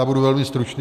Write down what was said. Já budu velmi stručný.